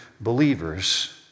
believers